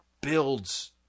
builds